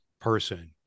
person